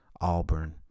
Auburn